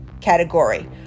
category